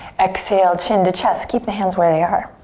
exhale. chin to chest. keep the hands where they are.